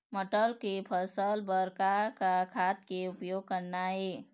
मटर के फसल बर का का खाद के उपयोग करना ये?